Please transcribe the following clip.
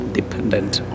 dependent